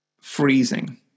freezing